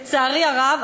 לצערי הרב,